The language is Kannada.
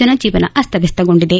ಜನಜೀವನ ಅಸ್ತವಸ್ತಗೊಂಡಿದೆ